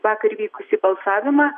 vakar vykusį balsavimą